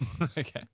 Okay